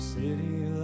city